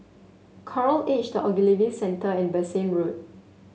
Coral Edged Ogilvy Centre and Bassein Road